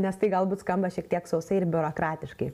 nes tai galbūt skamba šiek tiek sausai ir biurokratiškai